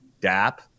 dap